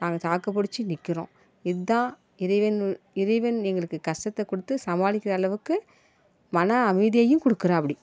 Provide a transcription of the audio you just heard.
நாங்கள் தாக்கு பிடுச்சி நிற்கிறோம் இதுதான் இறைவன் இறைவன் எங்களுக்கு கஷ்டத்தை கொடுத்து சமாளிக்கிற அளவுக்கு மன அமைதியையும் கொடுக்கறாப்டி